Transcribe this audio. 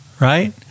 right